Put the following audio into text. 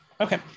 Okay